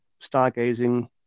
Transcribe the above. stargazing